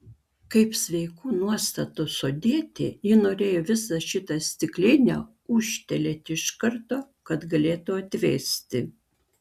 kaip sveikų nuostatų sodietė ji norėjo visą šitą stiklinę ūžtelėti iš karto kad galėtų atvėsti